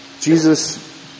Jesus